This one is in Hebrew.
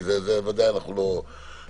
זה ודאי אנחנו לא רוצים.